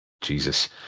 Jesus